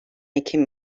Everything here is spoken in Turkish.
ekim